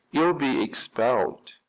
you'll be expelled.